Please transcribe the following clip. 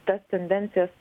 tas tendencijas